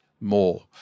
more